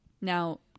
Now